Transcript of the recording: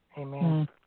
Amen